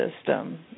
system